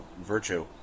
virtue